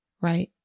right